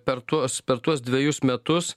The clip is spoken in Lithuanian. per tuos per tuos dvejus metus